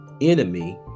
enemy